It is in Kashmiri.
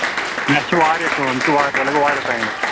مےٚ چھِ واریاہ کام یہِ چھُ اَتھ لگوٕ واریاہ ٹایم اَتھ